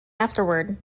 afterward